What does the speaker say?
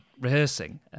rehearsing